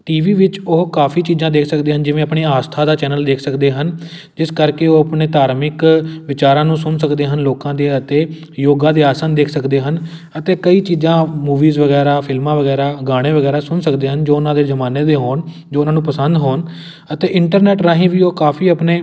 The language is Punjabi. ਟੀ ਵੀ ਵਿੱਚ ਉਹ ਕਾਫੀ ਚੀਜ਼ਾਂ ਦੇਖ ਸਕਦੇ ਹਨ ਜਿਵੇਂ ਆਪਣੇ ਆਸਥਾ ਦਾ ਚੈਨਲ ਦੇਖ ਸਕਦੇ ਹਨ ਜਿਸ ਕਰਕੇ ਉਹ ਆਪਣੇ ਧਾਰਮਿਕ ਵਿਚਾਰਾਂ ਨੂੰ ਸੁਣ ਸਕਦੇ ਹਨ ਲੋਕਾਂ ਦੇ ਅਤੇ ਯੋਗਾ ਦੇ ਆਸਣ ਦੇਖ ਸਕਦੇ ਹਨ ਅਤੇ ਕਈ ਚੀਜ਼ਾਂ ਮੂਵੀਜ਼ ਵਗੈਰਾ ਫਿਲਮਾਂ ਵਗੈਰਾ ਗਾਣੇ ਵਗੈਰਾ ਸੁਣ ਸਕਦੇ ਹਨ ਜੋ ਉਹਨਾਂ ਦੇ ਜ਼ਮਾਨੇ ਦੇ ਹੋਣ ਜੋ ਉਹਨਾਂ ਨੂੰ ਪਸੰਦ ਹੋਣ ਅਤੇ ਇੰਟਰਨੈਟ ਰਾਹੀਂ ਵੀ ਉਹ ਕਾਫੀ ਆਪਣੇ